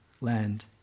land